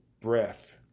breath